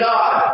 God